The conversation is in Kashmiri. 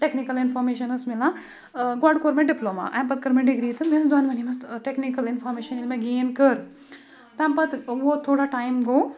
ٹؠکنِکَل اِنفارمیشَن ٲس مِلان گۄڈٕ کۆر مےٚ ڈِپلوما اَمہِ پَتہٕ کٔر مےٚ ڈِگری تہٕ مےٚ ٲس دۄنؤنی منٛز ٹؠکنِکَل اِنفارمیشَن ییٚلہِ مےٚ گین کٔر تَمہِ پَتہٕ ووت تھوڑا ٹایم گوٚو